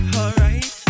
alright